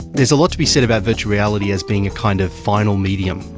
there's a lot to be said about virtual reality as being a kind of final medium,